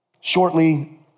Shortly